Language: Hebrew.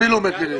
יכפילו מחירים.